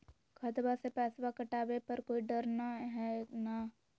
खतबा से पैसबा कटाबे पर कोइ डर नय हय ना?